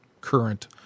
current